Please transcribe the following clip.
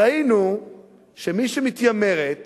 ראינו שמי שמתיימרת